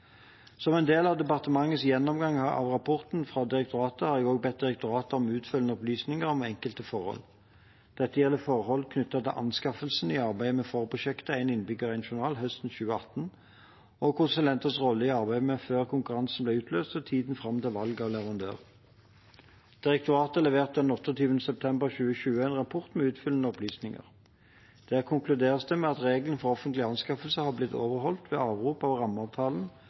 Som en del av departementets gjennomgang av rapporten fra direktoratet har jeg også bedt direktoratet om utfyllende opplysninger om enkelte forhold. Dette gjelder forhold knyttet til anskaffelsen i arbeidet med forprosjektet Én innbygger – én journal høsten 2018 og konsulenters rolle i arbeidet før konkurransen ble utlyst, og i tiden fram til valg av leverandør. Direktoratet leverte den 28. september 2020 en rapport med utfyllende opplysninger. Der konkluderes det med at reglene for offentlige anskaffelser har blitt overholdt ved avrop